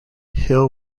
hill